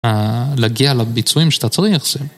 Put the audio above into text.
אה להגיע לביצועים שאתה צריך זה.